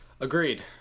Agreed